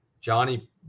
Johnny